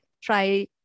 try